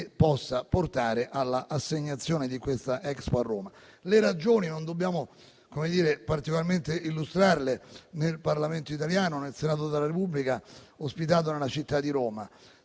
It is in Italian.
possa portare alla assegnazione della Expo a Roma. Le ragioni non dobbiamo particolarmente illustrarle, nel Parlamento italiano e nel Senato della Repubblica ospitato nella città di Roma.